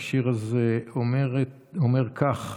השיר הזה אומר כך: